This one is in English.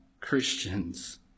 Christians